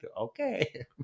okay